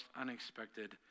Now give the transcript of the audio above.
unexpected